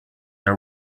are